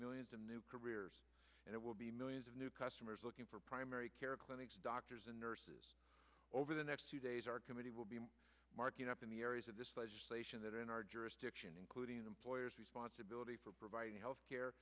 millions of new careers and it will be millions of new customers looking for primary care clinics doctors and nurses over the next few days our committee will be marking up in the areas of this legislation that in our jurisdiction including an employer's responsibility for providing health care